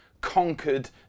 conquered